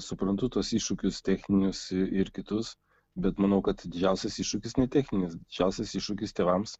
suprantu tuos iššūkius techninius ir kitus bet manau kad didžiausias iššūkis ne techninis didžiausias iššūkis tėvams